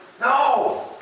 no